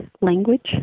language